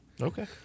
Okay